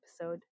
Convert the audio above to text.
episode